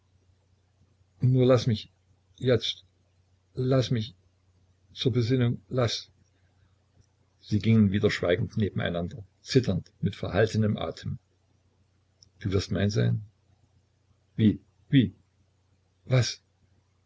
nur laß mich jetzt laß mich zur besinnung laß sie gingen wieder schweigend neben einander zitternd mit verhaltenem atem du wirst mein sein wie wie was